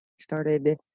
started